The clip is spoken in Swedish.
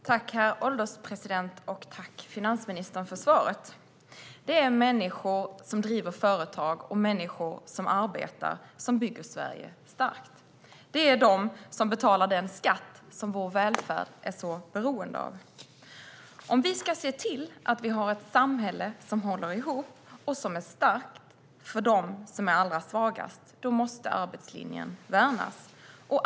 Herr ålderspresident! Tack, finansministern, för svaret! Det är människor som driver företag och människor som arbetar som bygger Sverige starkt. Det är de som betalar den skatt som vår välfärd är så beroende av. Om vi ska se till att vi har ett samhälle som håller ihop och som är starkt för dem som är allra svagast måste arbetslinjen värnas.